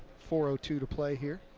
four two to play here.